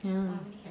ya